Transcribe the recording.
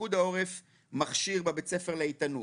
פיקוד העורף מכשיר בבית הספר לאיתנות,